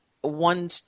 one